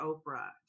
Oprah